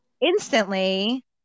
Instantly